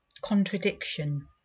contradiction